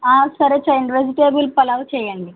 సరే చేయండి వెజిటేబుల్ పలావ్ చేయండి